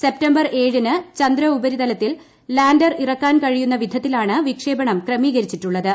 September ഏഴിന് ചന്ദ്രോപരിതലത്തിൽ lander ഇറക്കാൻ കഴിയുന്ന വിധത്തിലാണ് വിക്ഷേപണം ക്രമീകരിച്ചിട്ടുള്ളത്